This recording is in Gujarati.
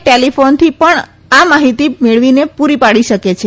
ટેલીફોનથી પણ માહિતી મેળવીને પૂરી પાડી શકે છે